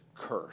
cursed